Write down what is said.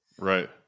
right